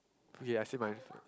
okay I say mine